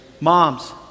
Moms